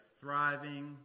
thriving